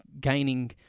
gaining